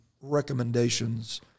recommendations